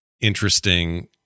interesting